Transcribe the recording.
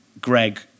Greg